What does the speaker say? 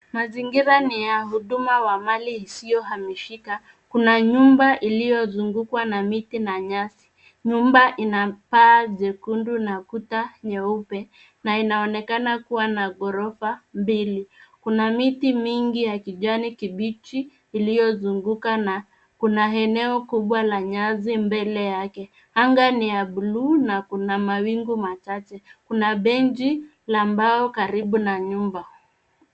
Mazingira ni ya huduma wa mali isiyohamishika. Kuna nyumba iliyozungukwa na miti na nyasi. Nyumba ina paa jekundu na kuta nyeupe, na inaonekana kuwa na ghorofa mbili. Kuna miti mingi ya kijani kibichi iliyozunguka na kuna eneo kubwa la nyasi mbele yake. Anga ni ya buluu na kuna mawingu machache. Kuna benchi la mbao karibu na nyumba.